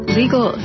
legal